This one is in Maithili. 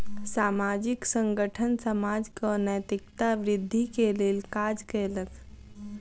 सामाजिक संगठन समाजक नैतिकता वृद्धि के लेल काज कयलक